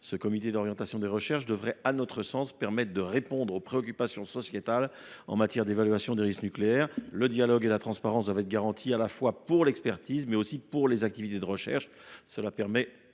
Ce comité devrait, à notre sens, permettre de répondre aux préoccupations sociétales en matière d’évaluation des risques nucléaires. Le dialogue et la transparence doivent être garantis à la fois pour l’expertise et pour les activités de recherche, afin de permettre